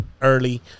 early